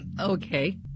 Okay